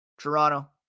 Toronto